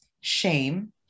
Shame